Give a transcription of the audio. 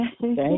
thank